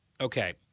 Okay